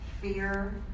fear